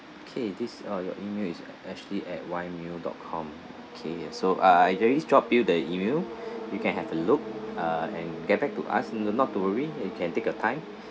okay this uh your email is ashley at Y mail dot com okay and so uh I already s~ dropped you the email you can have a look uh and get back to us n~ not to worry you can take your time